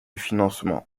financement